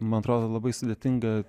man atrodo labai sudėtinga